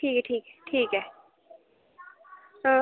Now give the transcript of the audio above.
ठीक ऐ ठीक ऐ ठीक ऐ हां